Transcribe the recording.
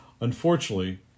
Unfortunately